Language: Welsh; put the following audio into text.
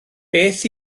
beth